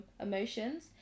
emotions